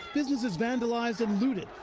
businesses vandalized and looted.